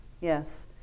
yes